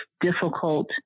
difficult